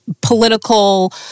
political